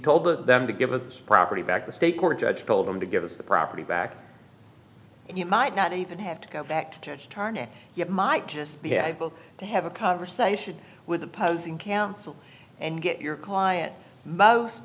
told them to give us property back the state court judge told them to give us the property back and you might not even have to go back to tarnish yet might just be able to have a conversation with opposing counsel and get your client most